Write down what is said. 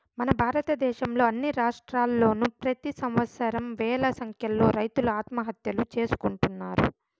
మన భారతదేశంలో అన్ని రాష్ట్రాల్లోనూ ప్రెతి సంవత్సరం వేల సంఖ్యలో రైతులు ఆత్మహత్యలు చేసుకుంటున్నారు